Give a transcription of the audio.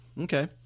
Okay